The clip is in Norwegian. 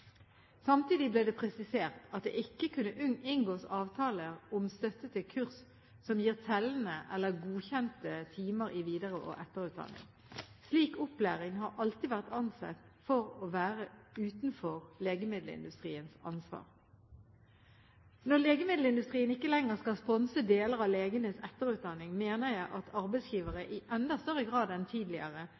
Samtidig ble det presisert at det ikke kunne inngås avtaler om støtte til kurs som gir tellende eller godkjente timer i videre- og etterutdanning. Slik opplæring har alltid vært ansett for å være utenfor legemiddelindustriens ansvar. Når legemiddelindustrien ikke lenger skal sponse deler av legenes etterutdanning, mener jeg at arbeidsgivere – i enda større grad enn tidligere